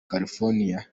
california